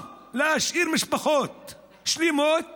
או משאיר משפחות שלמות